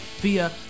via